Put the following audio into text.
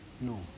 no